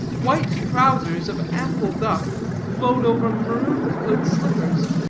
white trowsers of ample duck flowed over maroon-colored slippers,